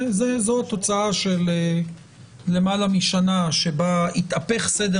זו התוצאה של למעלה משנה בה התהפך סדר